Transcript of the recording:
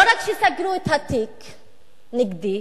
לא רק שסגרו את התיק נגדי,